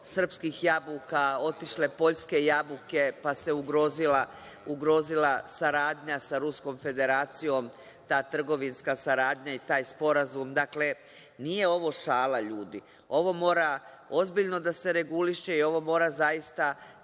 srpskih jabuka otišle poljske jabuke, pa se ugrozila saradnja sa Ruskom Federacijom, ta trgovinska saradnja i taj sporazum. Dakle, nije ovo šala, ljudi. Ovo mora ozbiljno da se reguliše i ovo mora zaista